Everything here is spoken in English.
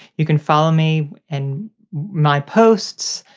you can follow me and my posts,